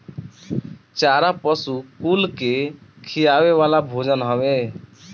चारा पशु कुल के खियावे वाला भोजन हवे